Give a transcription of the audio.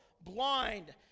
blind